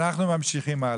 אנחנו ממשיכים.